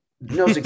No